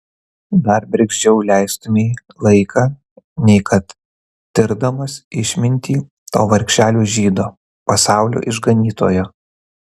dar bergždžiau leistumei laiką nei kad tirdamas išmintį to vargšelio žydo pasaulio išganytojo